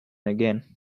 again